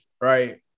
right